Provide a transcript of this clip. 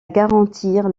garantir